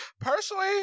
Personally